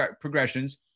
progressions